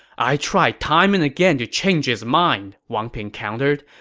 i tried time and again to change his mind, wang ping countered.